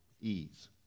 ease